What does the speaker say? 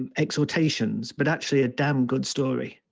and exhortations, but actually a damn good story,